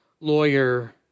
lawyer